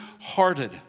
hearted